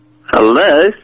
Hello